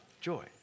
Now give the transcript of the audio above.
joy